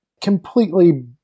completely